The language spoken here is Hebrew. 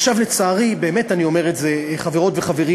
עכשיו, לצערי, באמת אני אומר את זה, חברות וחברים.